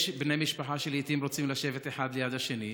יש בני משפחה שלעיתים רוצים לשבת אחד ליד השני,